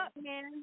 man